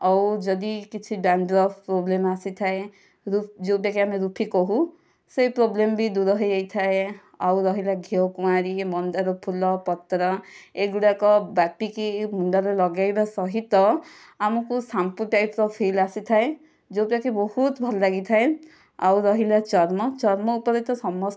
ଆଉ ଯଦି କିଛି ଡ୍ୟାଡ଼୍ରଫ ପ୍ରୋବ୍ଲେମ ଆସିଥାଏ ଯେଉଁଟା କି ଆମେ ରୁଫି କହୁ ସେହି ପ୍ରୋବ୍ଲେମ ବି ଦୂର ହୋଇ ଯାଇଥାଏ ଆଉ ରହିଲା ଘିଅକୁଆଁରି ମନ୍ଦାର ଫୁଲ ପତ୍ର ଏଗୁଡ଼ାକ ବାଟିକି ମୁଣ୍ଡରେ ଲଗାଇବା ସହିତ ଆମକୁ ସାମ୍ପୁ ଟାଇପ୍ ର ଫିଲ୍ ଆସିଥାଏ ଯେଉଁଟା କି ବହୁତ ଭଲ ଲାଗିଥାଏ ଆଉ ରହିଲା ଚର୍ମ ଚର୍ମ ଉପରେ ତ ସମ